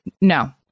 No